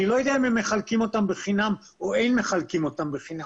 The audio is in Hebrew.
אני לא יודע אם הם מחלקים אותם בחינם או אין מחלקים אותם בחינם.